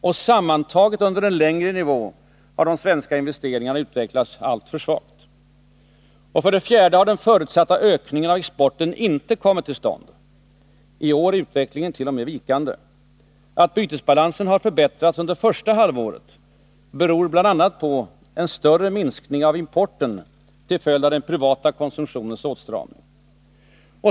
Och sammantaget under en längre period har investeringarna utvecklats alltför svagt. För det fjärde har den förutsatta ökningen av exporten inte kommit till stånd. I år är utvecklingen t.o.m. vikande. Att bytesbalansen förbättrats under första halvåret beror bl.a. på en större minskning av importen till följd av den privata konsumtionens åtstramning.